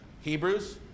Hebrews